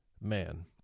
man